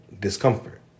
discomfort